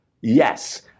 Yes